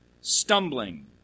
stumbling